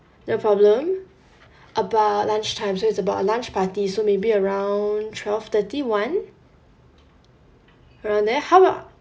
no problem about lunchtime so it's about a lunch party so maybe around twelve thirty one around there how about